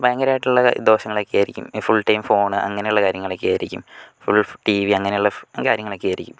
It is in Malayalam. ഭയങ്കരായിട്ടുള്ള ദോഷങ്ങൾ ഒക്കെയായിരിക്കും ഫുൾ ടൈം ഫോണ് അങ്ങനെയുള്ള കാര്യങ്ങൾ ഒക്കെ ആയിരിക്കും ഫുൾ ടീവി അങ്ങനെയുള്ള ഫുൾ കാര്യങ്ങൾ ഒക്കെ ആയിരിക്കും